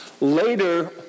later